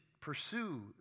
pursue